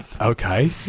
Okay